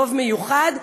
רוב מיוחד,